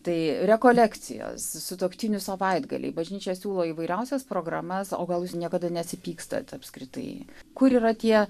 tai rekolekcijos sutuoktinių savaitgaliai bažnyčia siūlo įvairiausias programas o gal jūs niekada nesipykstat apskritai kur yra tie